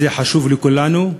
זה חשוב לכולנו,